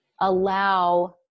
allow